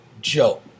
Joe